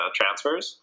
transfers